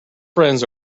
friends